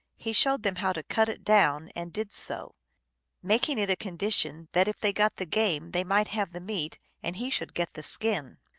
he showed them how to cut it down, and did so making it a condition that if they got the game they might have the meat and he should get the skin.